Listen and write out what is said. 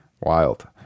Wild